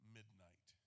Midnight